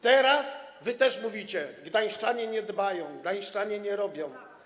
Teraz wy też mówicie: gdańszczanie nie dbają, gdańszczanie nie robią.